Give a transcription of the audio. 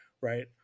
right